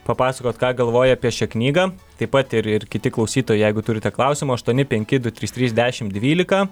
papasakot ką galvoja apie šią knygą taip pat ir ir kiti klausytojai jeigu turite klausimų aštuoni penki du trys trys dešim dvylika